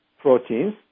proteins